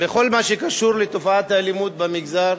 בכל מה שקשור לתופעת האלימות במגזר.